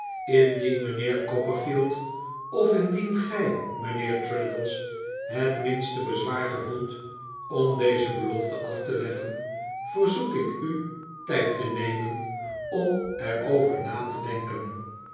indien mijnheer copperfield of indien gij mijnheer traddles het minste bezwaar gevoelt om deze belofte af te leggen verzoek ik u tijd te nemen om er over na te denken